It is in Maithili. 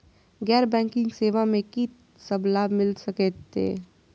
गैर बैंकिंग सेवा मैं कि सब लाभ मिल सकै ये?